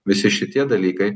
visi šitie dalykai